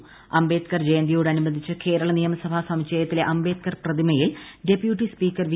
അംബേദ്കർ സംസ്ഥാനം അംബേദ്കർ ജയന്തിയോടനുബന്ധിച്ച് കേരള നിയമസഭാ സമുച്ചയത്തിലെ അംബേദ്കർ പ്രതിമയിൽ ഡെപ്യൂട്ടി സ്പീക്കർ വി